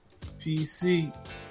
PC